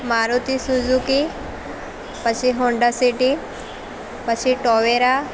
Maruti Suzuki પછી Honda City પછી Tavera